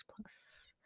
plus